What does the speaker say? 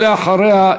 ואחריה,